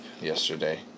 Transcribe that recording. yesterday